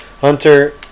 Hunter